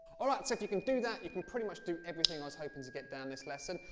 alright, so if you can do that you can pretty much do everything i was hoping to get down this lesson.